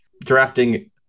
Drafting